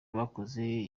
bakoze